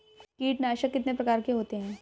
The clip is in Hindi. कीटनाशक कितने प्रकार के होते हैं?